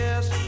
Yes